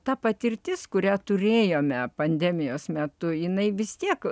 ta patirtis kurią turėjome pandemijos metu jinai vis tiek